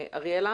אריאלה